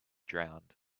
drowned